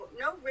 no